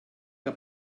que